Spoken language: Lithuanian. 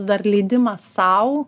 dar leidimas sau